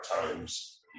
times